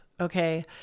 okay